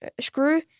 screw